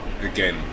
again